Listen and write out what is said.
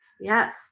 Yes